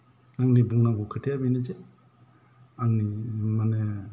आंनि बुंनांगौ खोथाया बेनो जे आंनि माने